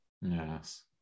Yes